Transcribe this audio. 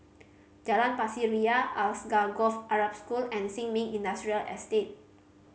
Jalan Pasir Ria Alsagoff Arab School and Sin Ming Industrial Estate